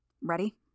Ready